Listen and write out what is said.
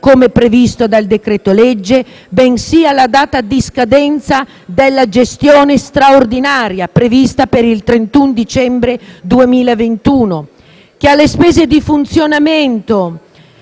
(come previsto dal decreto-legge), bensì alla data di scadenza della gestione straordinaria, prevista per il 31 dicembre 2021; che alle spese di funzionamento